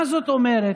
מה זאת אומרת?